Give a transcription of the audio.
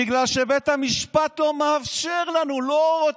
בגלל שבית המשפט לא מאפשר לנו.